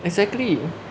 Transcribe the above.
exactly